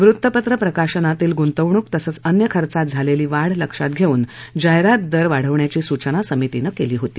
वृत्तपत्र प्रकाशनातील गुंतवणूक तसंच अन्य खर्चात झालेली वाढ लक्षात घेऊन जाहीरात दर वाढवण्याची सूचना समितीनं केली होती